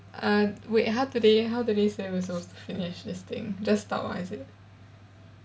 uh wait how do they how do they say we're suppose finish this thing just stop ah is it